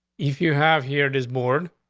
if you have here this board,